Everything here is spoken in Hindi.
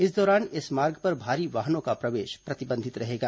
इस दौरान इस मार्ग पर भारी वाहनों का प्रवेश प्रतिबंधित रहेगा